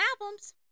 albums